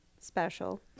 special